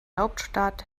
hauptstadt